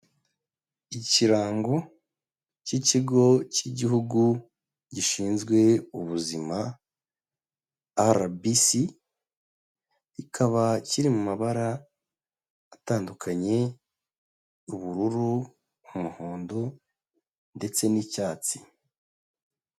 Ikirango cy'Ikigo cy'igihugu gishinzwe ubuzima RBC, kikaba kiri mu mabara atandukanye ubururu, umuhondo ndetse n'icyatsi.